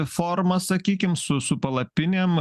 forma sakykim su su palapinėm